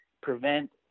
prevent